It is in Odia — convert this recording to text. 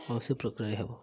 ହଁ ସେ ପ୍ରକ୍ରିୟା ହେବ